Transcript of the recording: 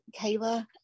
Kayla